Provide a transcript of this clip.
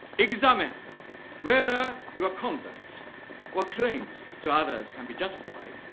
examine whether your conduct or claims to others can be justified,